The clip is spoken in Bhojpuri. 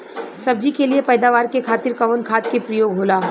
सब्जी के लिए पैदावार के खातिर कवन खाद के प्रयोग होला?